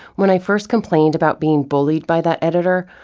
when i first complained about being bullied by that editor,